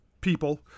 people